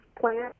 plan